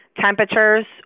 temperatures